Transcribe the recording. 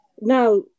now